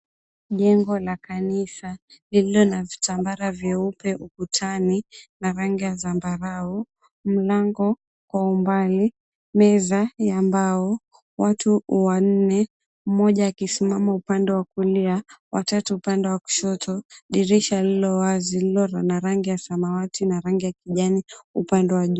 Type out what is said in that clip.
Jengo la kanisa lililo na vitambara vyeupe ukutani na rangi ya zambarau, mlango kwa umbali, meza ya mbao, watu wanne, mmoja akisimama upande wa kulia, watatu upande wa kushoto, dirisha lililo wazi lililo na rangi ya kijani na rangi ya samawati upande wa juu.